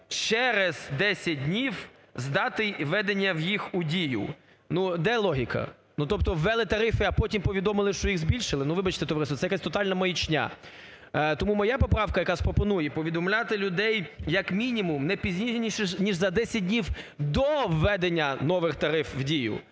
через 10 днів з дати введення їх у дію. Де логіка? Тобто ввели тарифи, а потім повідомили, що їх збільшили? Вибачте, товариство, це якась тотальна маячня. Тому моя поправка якраз пропонує повідомляти людей як мінімум не пізніше ніж за 10 днів до введення нових тарифів в дію,